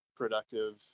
productive